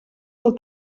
del